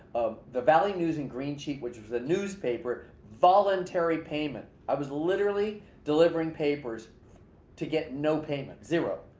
um the valley news and green sheet which was a newspaper, voluntary payment. i was literally delivering papers to get no payment, zero.